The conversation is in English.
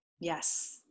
Yes